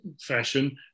fashion